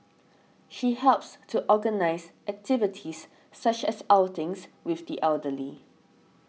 she helps to organise activities such as outings with the elderly